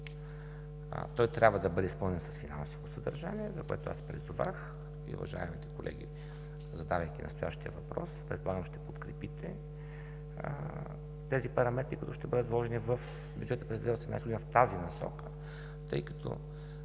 Той трябва да бъде изпълнен с финансово съдържание, за което аз призовах и уважаемите колеги, задали настоящия въпрос, предполагам ще подкрепите параметрите, които ще бъдат заложени в бюджета през 2018 г. в тази насока, тъй като